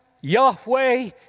Yahweh